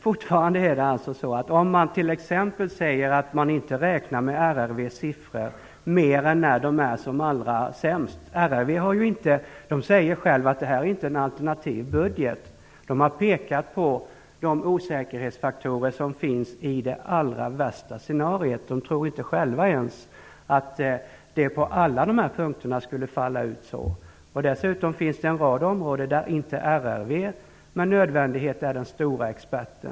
Man räknar inte med RRV:s siffror mer än när de är som allra sämst. RRV säger självt att detta inte är någon alternativ budget. Det har pekat på de osäkerhetsfaktorer som finns i det allra värsta scenariot. Det tror inte ens självt att det på alla dessa punkter skulle falla ut på det sättet. Dessutom finns det en rad områden där inte RRV med nödvändighet är den stora experten.